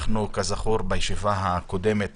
כזכור, בישיבה הקודמת